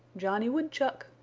johnny woodchuck!